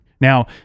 Now